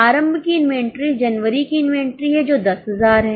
आरंभ की इन्वेंटरी जनवरी की इन्वेंट्री है जो 10000 है